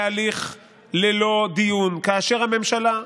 בהליך ללא דיון, כאשר הממשלה,